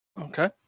Okay